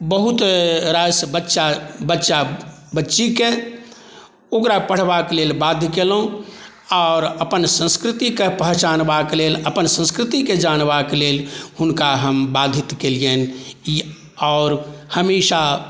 बहुत रास बच्चा बच्चीकेँ ओकरा पढ़बाक लेल बाध्य केलहुँ आओर अपन संस्कृतिकेँ पहचानबाक लेल अपन संस्कृतिकेँ जानबाक लेल हुनका हम बाधित केलियनि ई आओर हमेशा